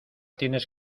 tienes